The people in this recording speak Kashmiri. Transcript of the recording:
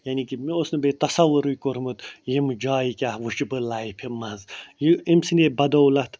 یعنی کہ مےٚ اوس نہٕ بیٚیہِ تصَوُرٕے کوٚرمُت یِمہٕ جایہِ کیٛاہ وُچھٕ بہٕ لایفہِ منٛز یہِ أمۍ سٔندی بدولَت